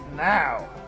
Now